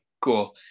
cool